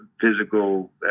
physical